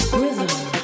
Rhythm